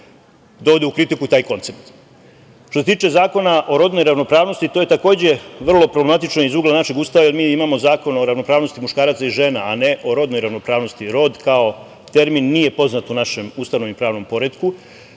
dovode u kritiku taj koncept. Što se tiče Zakona o rodnoj ravnopravnosti, to je takođe vrlo problematično iz ugla našeg Ustava, jer mi imamo Zakon o ravnopravnosti muškaraca i žena, a ne o rodnoj ravnopravnosti. Rod kao termin nije poznat u našem ustavnom i pravnom poretku,